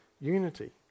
unity